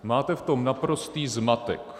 Máte v tom naprostý zmatek.